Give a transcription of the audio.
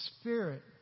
Spirit